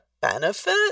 benefit